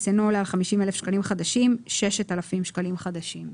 אינו עולה על 50 אלף שקלים חדשים 6,000 שקלים חדשים".